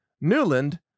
Newland